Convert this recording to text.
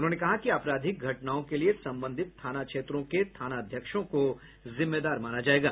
उन्होंने कहा कि आपराधिक घटनाओं के लिये संबंधित थाना क्षेत्रों के थानाध्यक्षों को जिम्मेदार माना जायेगा